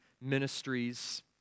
ministries